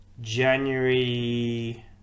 January